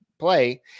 play